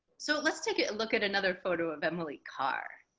so let's take a look at another photo of emily carr.